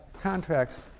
contracts